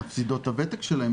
הן מפסידות את הוותק שלהן,